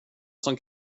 som